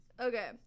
Okay